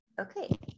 okay